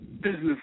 business